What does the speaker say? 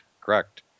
correct